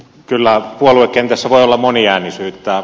kyllä puoluekentässä voi olla moniäänisyyttä